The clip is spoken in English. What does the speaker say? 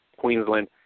Queensland